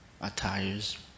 attires